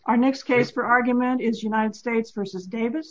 our next case for argument is united states versus davi